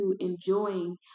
enjoying